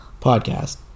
podcast